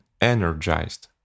energized